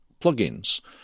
plugins